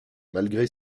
malgré